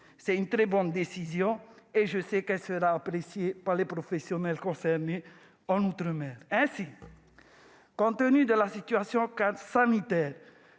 C'est une très bonne décision, dont je sais qu'elle sera appréciée par les professionnels concernés en outre-mer. Ainsi, compte tenu de la situation sanitaire